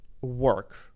work